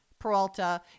Peralta